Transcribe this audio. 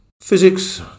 Physics